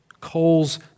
Coals